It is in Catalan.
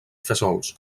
fesols